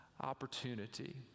opportunity